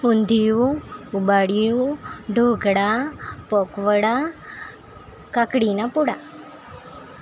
ઊંધિયું ઉબાડિયું ઢોકળા પોંક વડા કાકડીનાં પૂડા